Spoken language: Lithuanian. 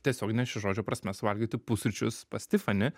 tiesiogine šio žodžio prasme suvalgyti pusryčius pas tifani